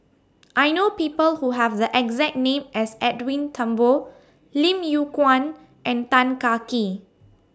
I know People Who Have The exact name as Edwin Thumboo Lim Yew Kuan and Tan Kah Kee